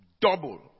double